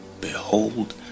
Behold